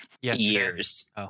Years